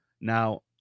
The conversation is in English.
now